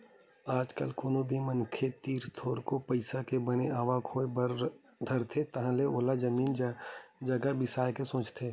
आज कल कोनो भी मनखे तीर थोरको पइसा के बने आवक होय बर धरथे तहाले ओहा जमीन जघा बिसाय के सोचथे